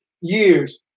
years